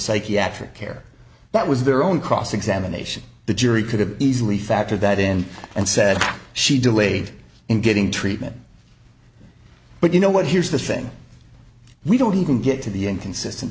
psychiatric care that was their own cross examination the jury could have easily factored that in and said she delayed in getting treatment but you know what here's the thing we don't even get to the inconsistent